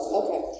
okay